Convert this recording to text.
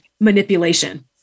manipulation